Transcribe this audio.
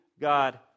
God